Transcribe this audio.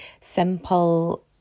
simple